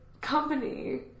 company